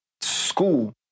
school